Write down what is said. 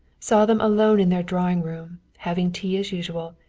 saw them alone in their drawing-room, having tea as usual,